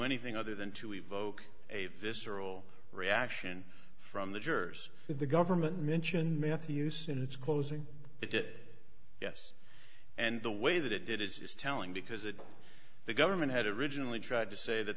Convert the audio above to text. anything other than to evoke a visceral reaction from the jurors the government mentioned matthews in its closing it did yes and the way that it did is telling because it the government had originally tried to say that